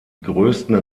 größten